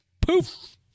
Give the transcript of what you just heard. poof